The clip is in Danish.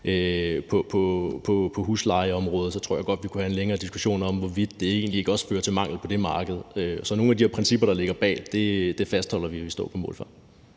På huslejeområdet tror jeg godt vi kunne have en længere diskussion om, hvorvidt det egentlig ikke også fører til mangel på det marked. Så nogle af de principper, der ligger bag, fastholder vi og står på mål for.